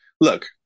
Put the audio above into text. Look